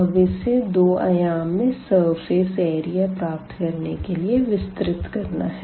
अब इसे दो आयाम में सरफेस एरिया प्राप्त करने के लिए विस्तृत करना है